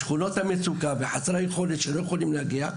שכונות המצוקה וחסרי היכולת שלא יכולים להגיע.